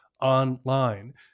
online